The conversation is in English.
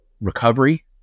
recovery